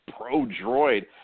pro-droid